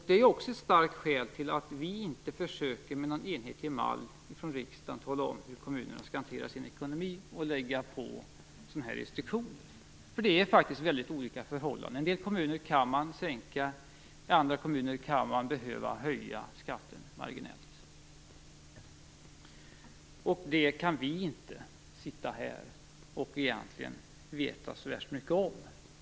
Det är också ett starkt skäl för att vi från riksdagen inte skall lägga på sådana här restriktioner eller försöka att med någon enhetlig mall tala om hur kommunerna skall hantera sin ekonomi. Det är faktiskt väldigt olika förhållanden. I en del kommuner kan man sänka skatten, i andra kommuner kan man behöva höja den marginellt. Det kan inte vi veta så värst mycket om.